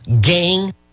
Gang